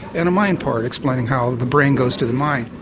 and a mind part explaining how the brain goes to the mind.